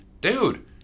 Dude